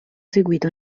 seguito